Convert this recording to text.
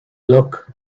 look